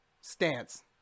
stance